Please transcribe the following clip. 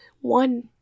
one